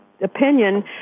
opinion